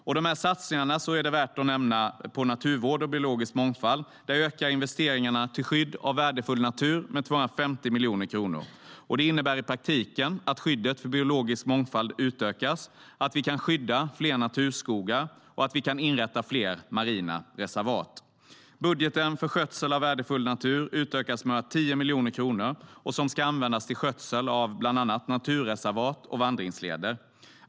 Det är värt att nämna att när det gäller satsningarna på naturvård och biologisk mångfald ökar investeringarna till skydd av värdefull natur med 250 miljoner kronor. Det innebär i praktiken att skyddet för biologisk mångfald utökas, att vi kan skydda fler naturskogar och att vi kan inrätta fler marina reservat. Budgeten för skötsel av värdefull natur utökas med 110 miljoner kronor, som ska användas till skötsel av bland annat naturreservat och vandringsleder.